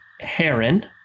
Heron